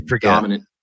dominant